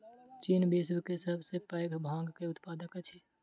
चीन विश्व के सब सॅ पैघ भांग के उत्पादक अछि